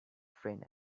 friend